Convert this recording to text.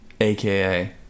aka